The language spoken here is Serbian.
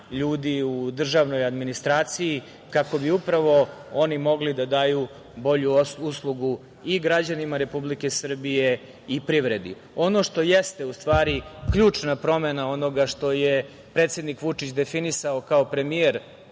ljudi u državnoj administraciji, kako bi upravo oni mogli da daju bolju uslugu i građanima Republike Srbije i privredi. Ono što jeste u stvari ključna promena onoga što je predsednik Vučić definisao kao premijer